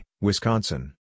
Wisconsin